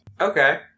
Okay